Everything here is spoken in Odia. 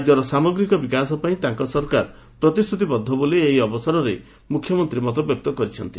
ରାକ୍ୟର ସାମଗ୍ରୀକ ବିକାଶ ପାଇଁ ତାଙ୍କ ସରକାର ପ୍ରତିଶ୍ରତିବଦ୍ଧ ବୋଲି ଏହି ଅବସରରେ ମୁଖ୍ୟମନ୍ତୀ ମତବ୍ୟକ୍ତ କରିଛନ୍ତି